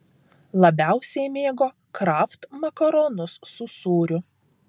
labiausiai mėgo kraft makaronus su sūriu